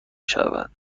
شود